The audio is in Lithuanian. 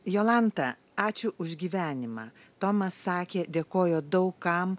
jolanta ačiū už gyvenimą tomas sakė dėkojo daug kam